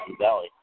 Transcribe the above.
Valley